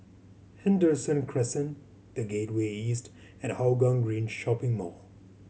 Henderson Crescent The Gateway East and Hougang Green Shopping Mall